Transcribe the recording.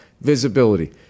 visibility